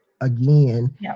again